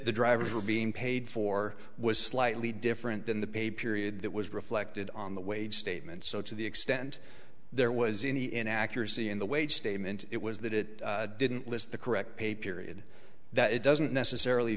the drivers were being paid for was slightly different than the pay period that was reflected on the wage statement so to the extent there was any inaccuracy in the wage statement it was that it didn't list the correct pay period that it doesn't necessarily